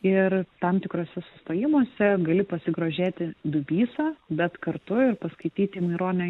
ir tam tikruose sustojimuose gali pasigrožėti dubysa bet kartu ir paskaityti maironio